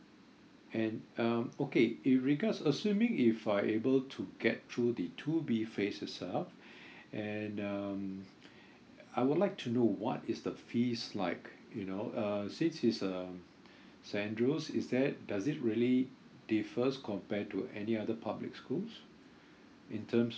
and um okay in regards assuming if I able to get through the two B phase itself and um uh I would like to know what is the fees like you know uh since it's um saint andrew's is that does it really defers compared to any other public schools in terms